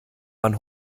man